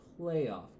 playoff